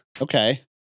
Okay